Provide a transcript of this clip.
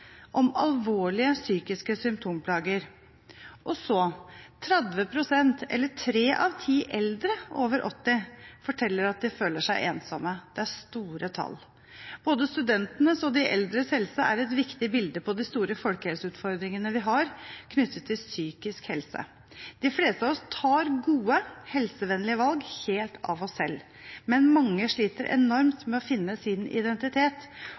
om alvorlige psykiske symptomplager. 30 pst., eller tre av ti, eldre over 80 år forteller at de føler seg ensomme. Det er store tall. Både studentenes og de eldres helse er et viktig bilde på de store folkehelseutfordringene vi har knyttet til psykisk helse. De fleste av oss tar gode, helsevennlige valg helt av oss selv, men mange sliter enormt med å finne sin identitet.